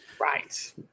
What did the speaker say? Right